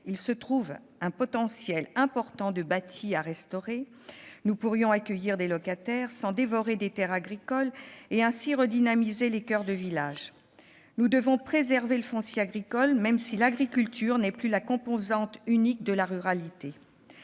Il présente un important potentiel de bâti à restaurer : nous pourrions y accueillir des locataires sans dévorer des terres agricoles et, ainsi, redynamiser les coeurs de village. Nous devons préserver le foncier agricole, même si l'agriculture n'est plus la composante unique de la ruralité.